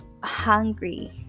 hungry